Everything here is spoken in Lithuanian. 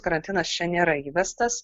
karantinas čia nėra įvestas